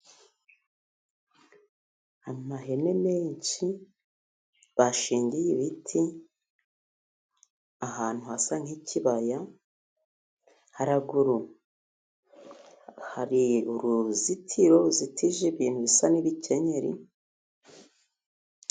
Amahene menshi bashingiye ibiti ahantu hasa nk'ikibaya, haraguru hari uruzitiro ru zitije ibintu bisa n'ibikenyeri.